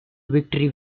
victory